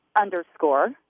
underscore